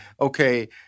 okay